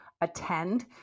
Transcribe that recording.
attend